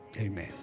Amen